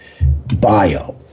bio